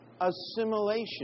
assimilation